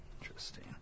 Interesting